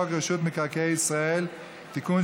הצעת חוק רשות מקרקעי ישראל (תיקון,